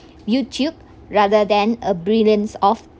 youtube rather than a brilliance of